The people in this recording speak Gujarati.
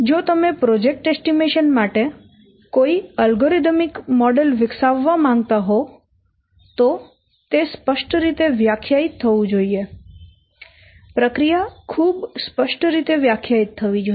જો તમે પ્રોજેક્ટ અંદાજ માટે કોઈ અલ્ગોરિધમિક મોડેલ વિકસાવવા માંગતા હો તો તે સ્પષ્ટ રીતે વ્યાખ્યાયિત થવું જોઈએ પ્રક્રિયા ખૂબ સ્પષ્ટ રીતે વ્યાખ્યાયિત થવી જોઈએ